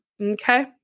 Okay